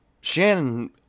shannon